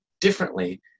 differently